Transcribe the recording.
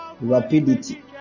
Rapidity